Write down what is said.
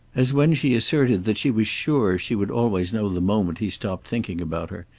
as when she asserted that she was sure she would always know the moment he stopped thinking about her,